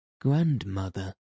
grandmother